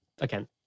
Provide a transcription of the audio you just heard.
again